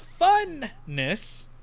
funness